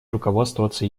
руководствоваться